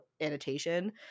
annotation